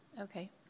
okay